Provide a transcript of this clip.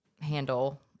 handle